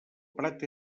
prat